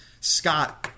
Scott –